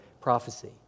prophecy